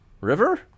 River